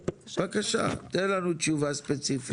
בבקשה, תן לנו תשובה ספציפית.